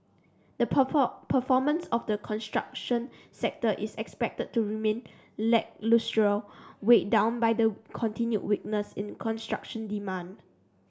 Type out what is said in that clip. the performance of the construction sector is expected to remain lacklustre weighed down by the continued weakness in construction demand